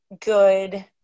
good